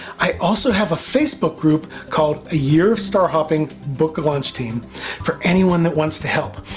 i also have a facebook group called a year of star hopping book launch team for anyone that wants to help.